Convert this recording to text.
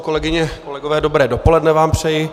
Kolegyně, kolegové, dobré dopoledne vám přeji.